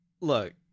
look